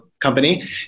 company